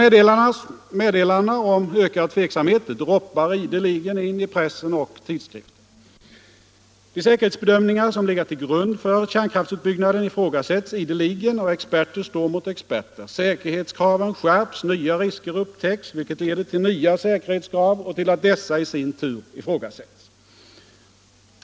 Men meddelandena om ökad tveksamhet droppar ideligen in i press och tidskrifter. De säkerhetsbedömningar som legat till grund för kärnkraftsutbyggnaden ifrågasätts ideligen, och experter står mot experter. Säkerhetskraven skärps, nya risker upptäcks vilket leder till nya säkerhetskrav och till att dessa i sin tur ifrågasätts.